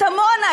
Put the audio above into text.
את עמונה,